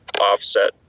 offset